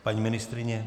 Paní ministryně?